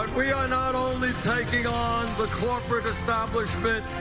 we are not only taking on the corporate establishment,